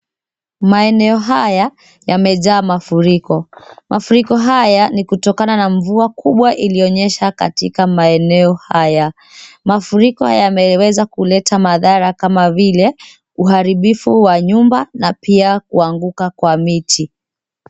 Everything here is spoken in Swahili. Maeneo haya yamejaa mafuriko. Mafuriko haya ni kutokana na mvua kubwa iliyonyesha katika maeneo haya. Mafuriko yameweza kuleta madhara kama vile uharibifu wa nyumba na pia kuanguka kwa miti.